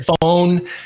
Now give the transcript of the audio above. phone